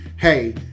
hey